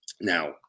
Now